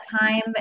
time